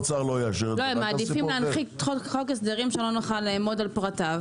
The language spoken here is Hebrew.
הם מעדיפים להנחית חוק הסדרים שלא נוכל לעמוד על פרטיו